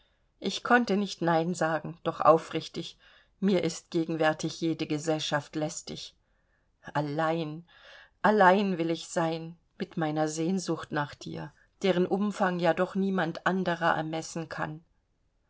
ich konnte nicht nein sagen doch aufrichtig mir ist gegenwärtig jede gesellschaft lästig allein allein will ich sein mit meiner sehnsucht nach dir deren umfang ja doch niemand anderer ermessen kann